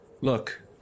Look